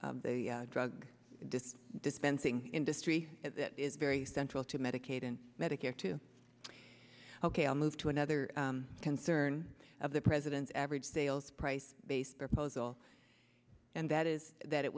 of the drug dispensing industry as it is very central to medicaid and medicare to ok i'll move to another concern of the president's average sales price based proposal and that is that it